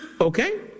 Okay